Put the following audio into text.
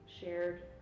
shared